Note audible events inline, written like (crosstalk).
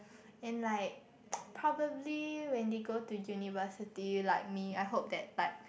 and like (noise) probably when they go to university like me I hope that like